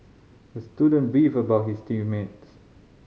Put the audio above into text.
the student beefed about his team mates